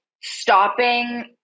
stopping